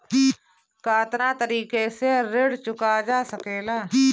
कातना तरीके से ऋण चुका जा सेकला?